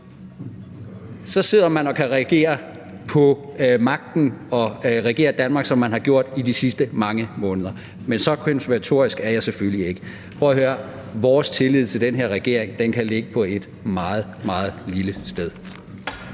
Så sidder man på magten og kan regere Danmark, som man har gjort i de sidste mange måneder. Men så konspiratorisk er jeg selvfølgelig ikke. Prøv at høre: Vores tillid til den her regering kan ligge på et meget, meget lille sted.